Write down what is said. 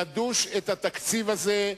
לדוש את התקציב הזה,